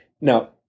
Now